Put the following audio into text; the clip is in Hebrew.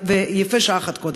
ויפה שעה אחת קודם.